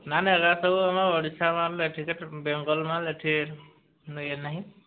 ନାଁ ନାଁ ଏଗା ସବୁ ଆମ ଓଡ଼ିଶା ମାଲ୍ ଏଠି କେଟ ବେଙ୍ଗଲ୍ ମାଲ୍ ଏଠି ଇଏ ନାହିଁ